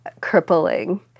crippling